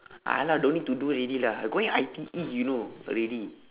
!alah! don't need to do already lah going I_T_E you know already